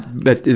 but,